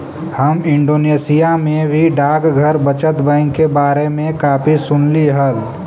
हम इंडोनेशिया में भी डाकघर बचत बैंक के बारे में काफी सुनली हल